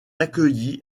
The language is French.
accueilli